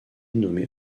nommé